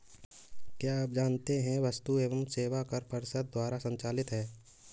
क्या आप जानते है वस्तु एवं सेवा कर परिषद द्वारा संचालित है?